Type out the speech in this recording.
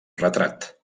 retrat